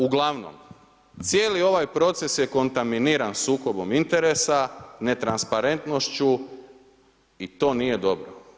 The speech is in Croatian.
Uglavnom, cijeli ovaj proces je kontaminiran sukobom interesa, netransparentnošću i to nije dobro.